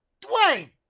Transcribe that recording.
Dwayne